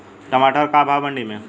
टमाटर का भाव बा मंडी मे?